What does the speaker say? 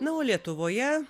na o lietuvoje